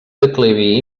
declivi